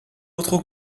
autre